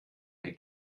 ihr